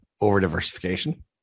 over-diversification